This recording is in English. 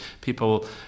people